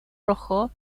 rojo